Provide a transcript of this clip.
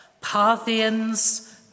Parthians